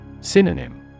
Synonym